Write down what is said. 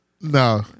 No